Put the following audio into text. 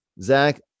zach